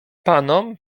panom